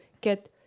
get